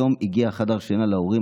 היום הגיע חדר השינה להורים.